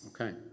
Okay